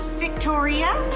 victoria?